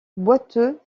boiteux